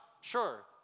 Sure